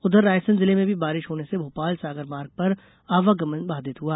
उधर रायसेन जिले में भी बारिश होने से भोपाल सागर मार्ग पर आवागमन बाधित हुआ